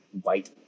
white